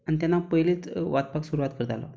आनी तेन्ना हांव पयलीच वाचपाक सुरवात करतालो